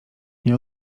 nie